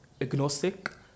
agnostic